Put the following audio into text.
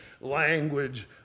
language